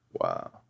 Wow